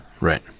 Right